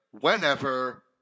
Whenever